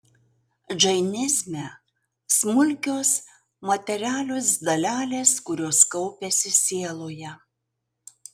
džainizme smulkios materialios dalelės kurios kaupiasi sieloje